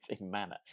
manner